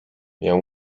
miał